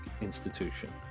institution